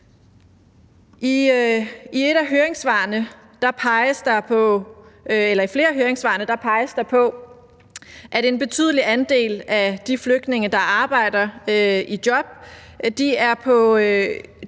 I flere af høringssvarene peges der på, at en betydelig andel af de flygtninge, der er i job, arbejder